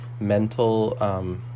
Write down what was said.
mental